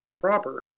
proper